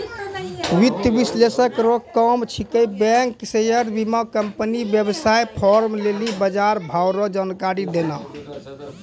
वित्तीय विश्लेषक रो काम छिकै बैंक शेयर बीमाकम्पनी वेवसाय फार्म लेली बजारभाव रो जानकारी देनाय